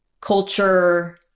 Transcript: culture